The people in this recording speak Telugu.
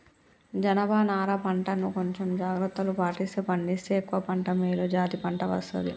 జనప నారా పంట ను కొంచెం జాగ్రత్తలు పాటిస్తూ పండిస్తే ఎక్కువ పంట మేలు జాతి పంట వస్తది